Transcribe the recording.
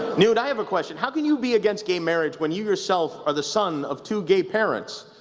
newt, i have a question how can you be against gay marriage, when you yourself are the son of two gay parents?